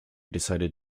decided